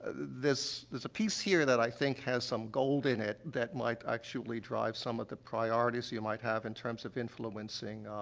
this there's a piece here that i think has some gold in it that might actually drive some of the priorities you might have in terms of influencing,